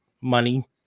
money